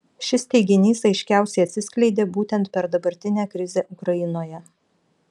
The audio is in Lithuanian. šis teiginys aiškiausiai atsiskleidė būtent per dabartinę krizę ukrainoje